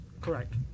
Correct